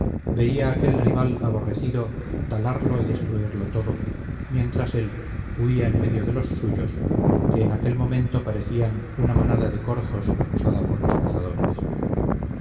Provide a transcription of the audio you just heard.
veía aquel rival aborrecido talarlo y destruirlo todo mientras él huía en medio de los suyos qué en aquel momento parecían una manada de corzos acosada por los cazadores